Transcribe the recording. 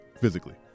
physically